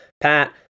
Pat